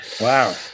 wow